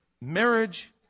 marriage